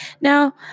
Now